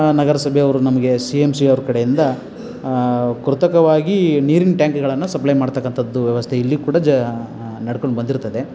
ನಗರಸಭೆಯವ್ರು ನಮಗೆ C M ಸಿಯವ್ರ ಕಡೆಯಿಂದ ಕೃತಕವಾಗಿ ನೀರಿನ ಟ್ಯಾಂಕಿಗಳನ್ನು ಸಪ್ಲೈ ಮಾಡತಕ್ಕಂಥದ್ದು ವ್ಯವಸ್ಥೆ ಇಲ್ಲಿ ಕೂಡ ಜ ನಡ್ಕೊಂಡು ಬಂದಿರ್ತದೆ